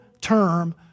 term